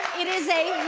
it is